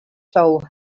soul